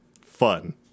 Fun